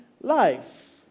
life